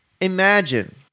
Imagine